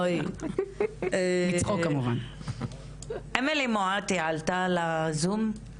ואני חייבת להודות שאם יש משהו שמכניס בי תקווה זה דווקא הכעס שלך.